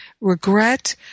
regret